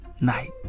Night